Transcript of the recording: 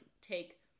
take